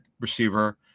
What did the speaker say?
receiver